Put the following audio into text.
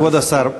כבוד השר,